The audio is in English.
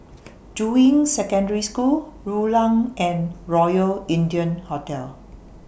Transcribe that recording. Juying Secondary School Rulang and Royal India Hotel